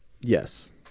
Yes